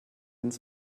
ins